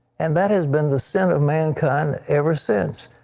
and that has been the sin of mankind ever since.